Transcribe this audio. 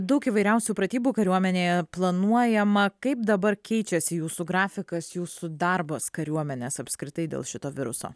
daug įvairiausių pratybų kariuomenėje planuojama kaip dabar keičiasi jūsų grafikas jūsų darbas kariuomenės apskritai dėl šito viruso